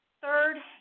Third